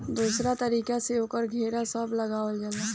दोसरका तरीका में ओकर घेरा सब लगावल जाला